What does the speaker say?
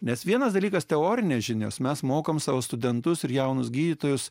nes vienas dalykas teorines žinias mes mokame savo studentus ir jaunus gydytojus